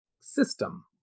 system